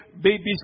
babies